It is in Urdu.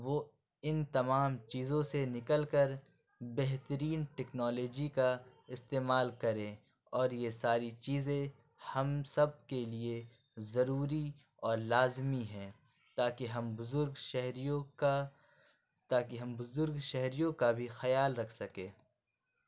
وہ اِن تمام چیزوں سے نکل کر بہترین ٹکنالوجی کا استعمال کریں اور یہ ساری چیزیں ہم سب کے لیے ضروری اور لازمی ہیں تاکہ ہم بزرگ شہریوں کا تاکہ ہم بزرگ شہریوں کا بھی خیال رکھ سکیں